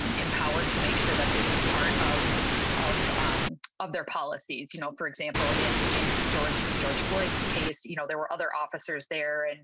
and empowered to make sure that this is part of of of their policies you know for example in in george george floyd's case you know there were other officers there. and